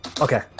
Okay